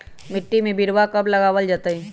मिट्टी में बिरवा कब लगवल जयतई?